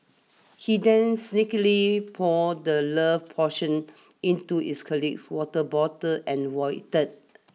he then sneakily poured the love portion into his colleague's water bottle and waited